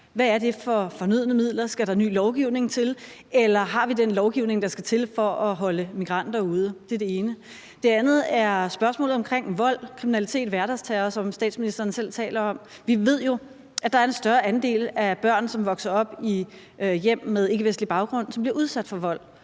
Hvad er det for fornødne midler? Skal der ny lovgivning til, eller har vi den lovgivning, der skal til for at holde migranter ude? Det er det ene spørgsmål. Det andet er et spørgsmål omkring vold, kriminalitet og hverdagsterror, som statsministeren selv taler om. Vi ved jo, at der er en større andel af de børn, som vokser op i hjem med ikkevestlig baggrund, som bliver udsat for vold,